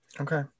Okay